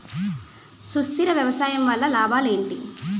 సుస్థిర వ్యవసాయం వల్ల లాభాలు ఏంటి?